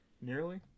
Nearly